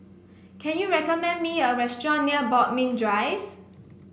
can you recommend me a restaurant near Bodmin Drive